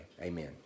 Amen